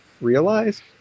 realize